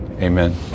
Amen